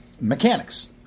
mechanics